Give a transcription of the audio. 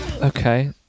okay